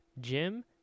Jim